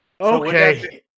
Okay